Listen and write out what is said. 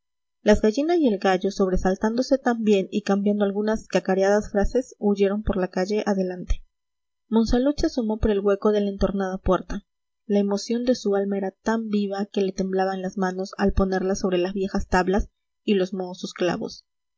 las gallinas y el gallo sobresaltándose también y cambiando algunas cacareadas frases huyeron por la calle adelante monsalud se asomó por el hueco de la entornada puerta la emoción de su alma era tan viva que le temblaban las manos al ponerlas sobre las viejas tablas y los mohosos clavos